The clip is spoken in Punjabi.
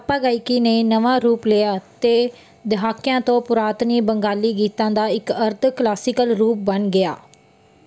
ਟੱਪਾ ਗਾਇਕੀ ਨੇ ਨਵਾਂ ਰੂਪ ਲਿਆ ਅਤੇ ਦਹਾਕਿਆਂ ਤੋਂ ਪੁਰਾਤਾਨੀ ਬੰਗਾਲੀ ਗੀਤਾਂ ਦਾ ਇੱਕ ਅਰਧ ਕਲਾਸੀਕਲ ਰੂਪ ਬਣ ਗਿਆ